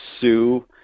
sue